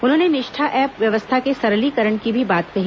उन्होंने निष्ठा ऐप व्यवस्था के सरलीकरण की भी बात कही